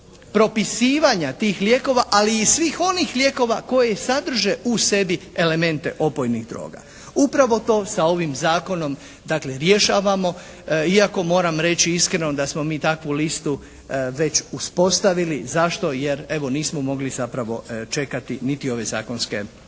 propisivanja tih lijekova, ali i svih onih lijekova koji sadrže u sebi elemente opojnih droga. Upravo to sa ovim zakonom dakle rješavamo. Iako moram reći iskreno da smo mi takvu listu već uspostavili. Zašto? Jer evo nismo mogli zapravo čekati niti ove zakonske odredbe.